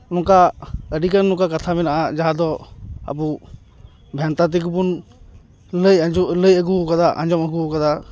ᱱᱚᱝᱠᱟ ᱟᱹᱰᱤᱜᱟᱱ ᱱᱚᱝᱠᱟ ᱠᱟᱛᱷᱟ ᱢᱮᱱᱟᱜᱼᱟ ᱡᱟᱦᱟᱸ ᱫᱚ ᱟᱵᱚ ᱵᱷᱮᱱᱛᱟ ᱛᱮᱜᱮᱵᱚᱱ ᱞᱟᱹᱭ ᱟᱸᱡᱚ ᱞᱟᱹᱭ ᱟᱜᱩ ᱟᱠᱟᱫᱟ ᱟᱸᱡᱚᱢ ᱟᱜᱩ ᱟᱠᱟᱫᱟ